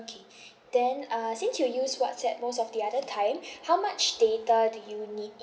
okay then uh since you use whatsapp most of the other time how much data do you need